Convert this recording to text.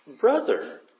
brother